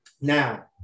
Now